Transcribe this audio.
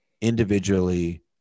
individually